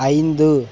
ஐந்து